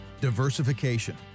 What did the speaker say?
Diversification